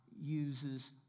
uses